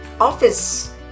office